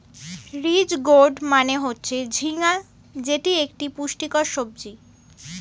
ridge gourd মানে হচ্ছে ঝিঙ্গা যেটি এক পুষ্টিকর সবজি